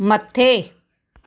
मथे